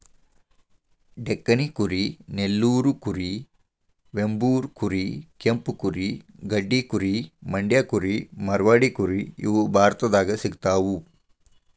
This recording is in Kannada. ಡೆಕ್ಕನಿ ಕುರಿ ನೆಲ್ಲೂರು ಕುರಿ ವೆಂಬೂರ್ ಕುರಿ ಕೆಂಪು ಕುರಿ ಗಡ್ಡಿ ಕುರಿ ಮಂಡ್ಯ ಕುರಿ ಮಾರ್ವಾಡಿ ಕುರಿ ಇವು ಭಾರತದಾಗ ಸಿಗ್ತಾವ